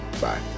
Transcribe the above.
Bye